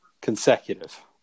consecutive